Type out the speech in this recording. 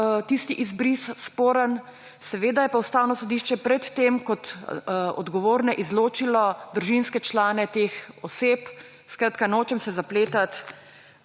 tisti izbris sporen – seveda je pa Ustavno sodišče pred tem kot odgovorne izločilo družinske člane teh oseb. Skratka, nočem se zapletati